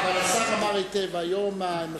אבל השר אמר היטב שנושא